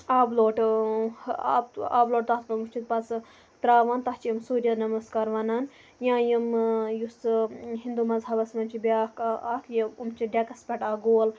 آبہٕ لوٹہٕ آبہٕ آبہٕ لوٹہٕ تَتھ کُن وٕچِھت پَتہٕ سُہ تراوان تَتھ چھِ یِم سورِیا نَمَسکار وَنان یا یِم یُس ہِندو مذہبَس مَنٛز چھُ بیاکھ اَکھ یہِ یِم چھِ ڈٮ۪کَس پٮ۪ٹھ اَکھ گول